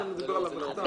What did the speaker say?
תמשיך.